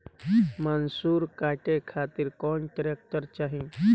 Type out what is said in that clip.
मैसूर काटे खातिर कौन ट्रैक्टर चाहीं?